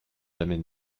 jamais